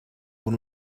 con